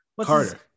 Carter